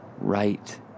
right